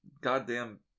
Goddamn